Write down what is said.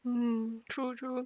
mm true true